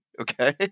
Okay